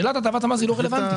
שאלת הטבת המס היא לא רלוונטית.